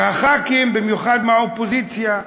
וחברי הכנסת, במיוחד מהאופוזיציה,